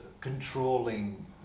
controlling